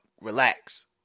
Relax